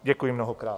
Děkuji mnohokrát.